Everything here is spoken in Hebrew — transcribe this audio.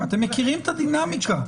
אתם מכירים את הדינמיקה,